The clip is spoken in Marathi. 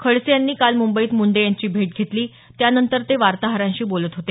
खडसे यांनी काल मुंबईत मुंडे यांची भेट घेतली त्यानंतर ते वार्ताहरांशी बोलत होते